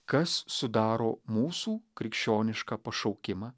kas sudaro mūsų krikščionišką pašaukimą